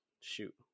Shoot